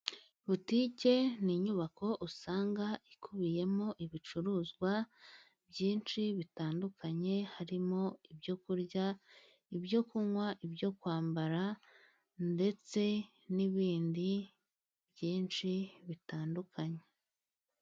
Butike ni' inyubako usanga ikubiyemo ibicuruzwa byinshi bitandukanye, harimo ibyo kurya, ibyo kunywa, ibyo kwambara, ndetse n'ibindi byinshi bitandukanye.